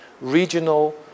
regional